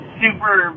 super